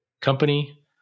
Company